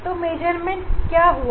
तो गणना कैसे होगी